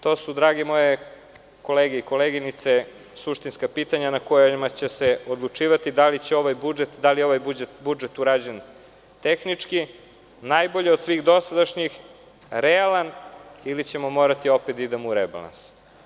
To su, drage moje koleginice i kolege, suštinska pitanja na kojima će se odlučivati da li je ovaj budžet urađen tehnički, najbolje od svih dosadašnjih, realan ili ćemo morati opet da idemo u rebalans.